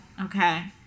Okay